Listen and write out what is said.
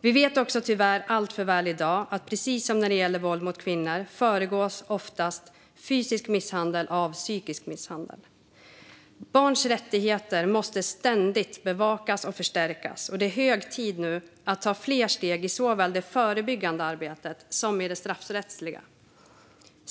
Vi vet också tyvärr alltför väl att precis som när det gäller våld mot kvinnor föregås oftast fysisk misshandel av psykisk misshandel. Barns rättigheter måste ständigt bevakas och förstärkas, och det är hög tid att ta fler steg i såväl det förebyggande som det straffrättsliga arbetet.